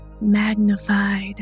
magnified